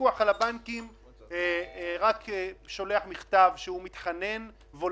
הפיקוח על הבנקים רק שולח מכתב וולונטרי